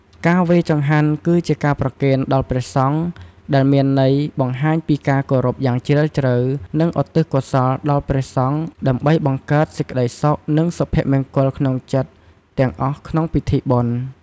ការវេរចង្ហាន់ គឺជាការប្រគេនដល់ព្រសង្ឃ ដែលមានន័យបង្ហាញពីការគោរពយ៉ាងជ្រាលជ្រៅ និងឧទ្ទិសកុសលដល់ព្រះសង្ឃ ដើម្បីបង្កើតសេចក្ដីសុខ និងសុភមង្គលក្នុងចិត្តទាំងអស់ក្នុងពិធីបុណ្យ។